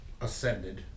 Ascended